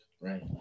right